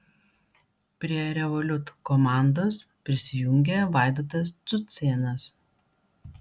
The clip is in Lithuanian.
prie revolut komandos prisijungė vaidotas cucėnas